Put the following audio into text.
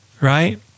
right